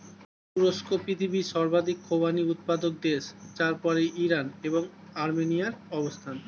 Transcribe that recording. তুরস্ক পৃথিবীর সর্বাধিক খোবানি উৎপাদক দেশ যার পরেই ইরান এবং আর্মেনিয়ার অবস্থান